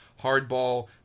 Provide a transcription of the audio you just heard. Hardball